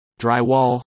drywall